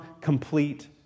complete